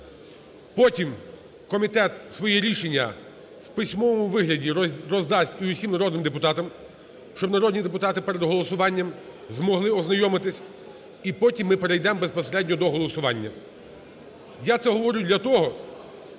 Потім комітет своє рішення в письмовому вигляді роздасть всім народним депутатам, щоб народні депутати перед голосуванням змогли ознайомитись. І потім ми перейдемо безпосередньо до голосування. Я це говорю для того,